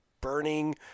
burning